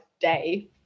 day